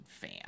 fan